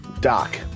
Doc